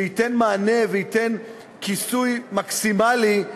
כיסוי מקסימלי,